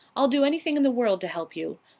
i'll do anything in the world to help you.